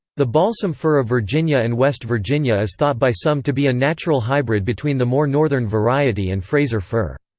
the balsam fir of virginia and west virginia is thought by some to be a natural hybrid between the more northern variety and fraser fir.